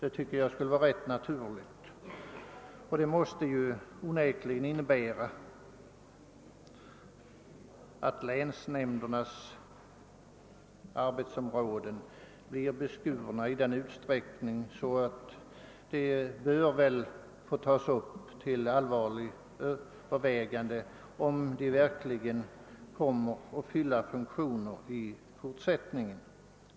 Ett sådant arrangemang måste onekligen innebära att länsnämndernas arbetsområden blir beskurna i sådan utsträckning att det allvarligt bör övervägas, huruvida länsnämnderna verkligen kommer att fylla några funktioner i fortsättningen.